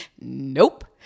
Nope